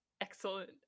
Excellent